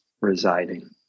residing